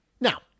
Now